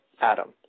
Adam